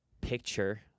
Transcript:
picture